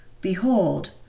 Behold